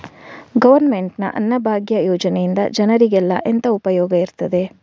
Government ನ ಅನ್ನಭಾಗ್ಯ ಯೋಜನೆಯಿಂದ ಜನರಿಗೆಲ್ಲ ಎಂತ ಉಪಯೋಗ ಇರ್ತದೆ?